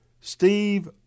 Steve